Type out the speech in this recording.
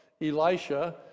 Elisha